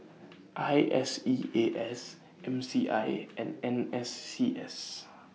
I S E A S M C I A and N S C S